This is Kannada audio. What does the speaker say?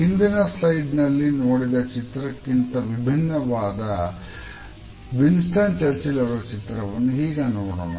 ಹಿಂದಿನ ಸ್ಲೈಡ್ ಅಲ್ಲಿ ನೋಡಿದ ಚಿತ್ರಕ್ಕಿಂತ ಭಿನ್ನವಾದ ವಿನ್ಸ್ಟನ್ ಚರ್ಚಿಲ್ ಅವರ ಚಿತ್ರವನ್ನು ಈಗ ನೋಡೋಣ